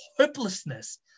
hopelessness